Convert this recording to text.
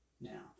now